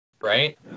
Right